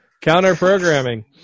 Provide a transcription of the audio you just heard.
Counter-programming